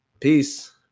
Peace